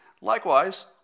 Likewise